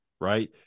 right